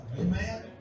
Amen